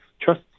Trust